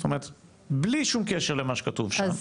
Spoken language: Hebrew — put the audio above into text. זאת אומרת בלי שום קשר למה שכתוב שם,